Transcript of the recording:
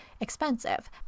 expensive